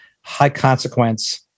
high-consequence